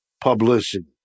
publicity